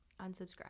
unsubscribe